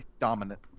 dominant